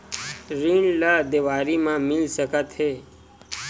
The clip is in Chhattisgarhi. ऋण ला देवारी मा मिल सकत हे